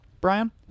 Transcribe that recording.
brian